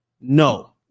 no